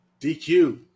DQ